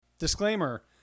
Disclaimer